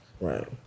Right